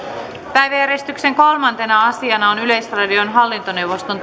päiväjärjestyksen kolmantena asiana on yleisradion hallintoneuvoston